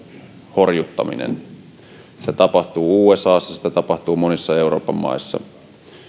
horjuttaminen sitä tapahtuu usassa sitä tapahtuu monissa euroopan maissa